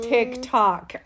TikTok